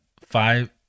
five